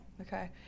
okay